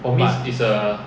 but